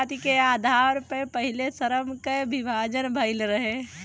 जाति के आधार पअ पहिले श्रम कअ विभाजन भइल रहे